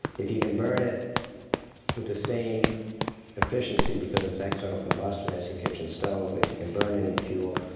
if you can burn it with the same efficiency because it's external combustion as your kitchen stove, if you can burn any fuel,